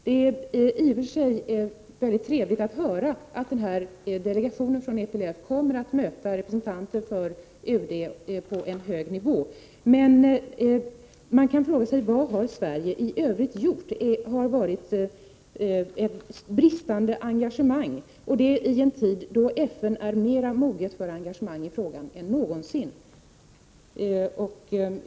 Det är i och för sig trevligt att höra att delegationen från EPLF kommer att möta representanter för UD på en hög nivå, men man kan också säga att Sverige i övrigt har visat ett bristande engagemang, och det i en tid då FN är mera moget för engagemang i frågan än någonsin.